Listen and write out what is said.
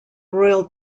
royal